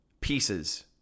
pieces